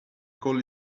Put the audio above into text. call